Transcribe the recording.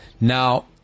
Now